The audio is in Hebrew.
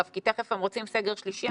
הם תיכף רוצים סגר שלישי,